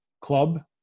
club